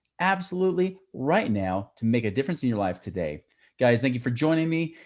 absolutely, right now to make a difference in your life today guys, thank you for joining me.